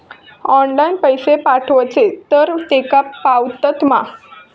Online पैसे पाठवचे तर तेका पावतत मा?